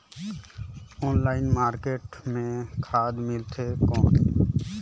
Online market ले खाद मिलथे कौन?